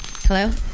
Hello